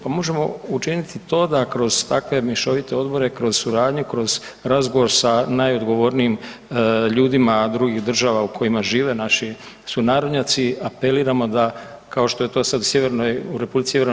Pa možemo učiniti to da kroz takve mješovite odbore, kroz suradnje, kroz razgovor sa najodgovornijim ljudima drugih država u kojima žive naših sunarodnjaci, apeliramo da kao što je to sad i Republici Sj.